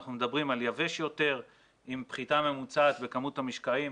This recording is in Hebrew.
אנחנו מדברים על יבש יותר עם פחיתה ממוצעת בכמות המשקעים,